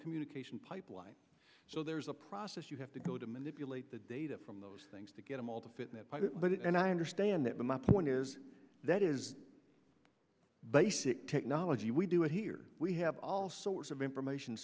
communication pipeline so there's a process you have to go to manipulate the data from those things to get all the fitness but it and i understand that but my point is that is basic technology we do it here we have all sorts of information